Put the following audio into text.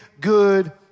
good